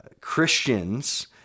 Christians